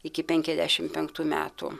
iki penkiasdešimt penktų metų